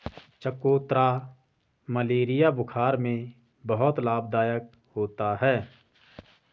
चकोतरा मलेरिया बुखार में बहुत लाभदायक होता है